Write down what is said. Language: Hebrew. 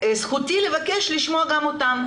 זכותי לבקש לשמוע גם אותם.